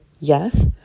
yes